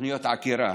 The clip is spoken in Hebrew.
תוכניות עקירה.